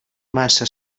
massa